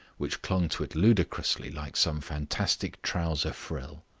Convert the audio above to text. which clung to it ludicrously, like some fantastic trouser frill.